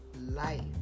life